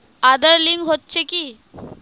Aadhaar link হচ্ছে কি?